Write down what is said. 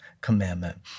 Commandment